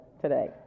today